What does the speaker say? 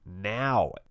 now